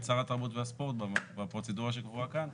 שר התרבות והספורט בפרוצדורה שקרואה כאן,